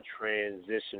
transition